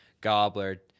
gobbler